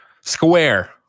Square